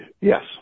Yes